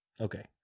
Okay